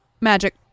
Magic